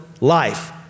life